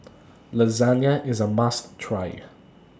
Lasagna IS A must Try